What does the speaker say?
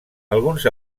alguns